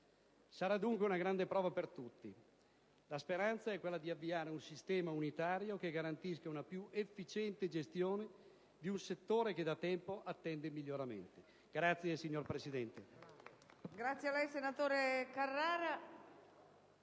Sarà dunque una grande prova per tutti. La speranza è quella di avviare un sistema unitario che garantisca una più efficiente gestione di un settore che da tempo attende miglioramenti. *(Applausi dal